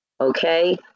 okay